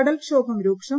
കടൽക്ഷോഭം രൂക്ഷം